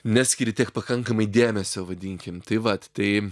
neskiri tiek pakankamai dėmesio vadinkim tai vat tai